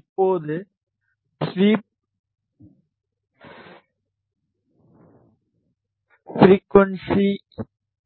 இப்போது sweep frequency